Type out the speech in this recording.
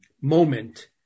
moment